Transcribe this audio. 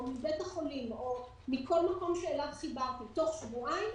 מבית החולים או מכל מקום שאליו חיברתי בתוך שבועיים,